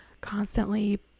constantly